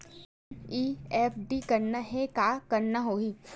NEFT करना हे का करना होही?